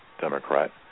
Democrat